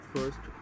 First